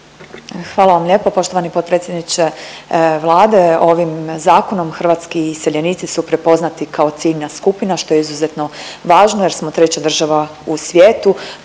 Hvala vam lijepo poštovani potpredsjedniče Vlade. Ovim Zakonom hrvatski iseljenici su prepoznati kao ciljna skupina, što je izuzetno važno jer smo treća država u svijetu